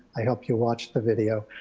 i hope you watch the video.